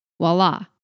Voila